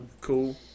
cool